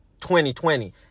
2020